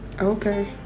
Okay